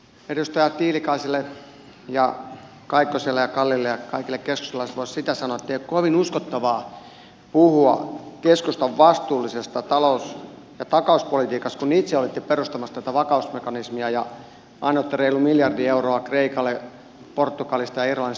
edustaja tiilikaiselle ja kaikkoselle ja kallille ja kaikille keskustalaisille voisi sanoa että ei ole kovin uskottavaa puhua keskustan vastuullisesta talous ja takauspolitiikasta kun itse olitte perustamassa tätä vakausmekanismia ja annoitte reilun miljardi euroa kreikalla portugalista ja irlannista puhumattakaan